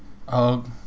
um